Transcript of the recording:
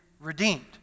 redeemed